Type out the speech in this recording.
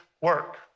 work